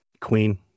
queen